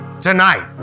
tonight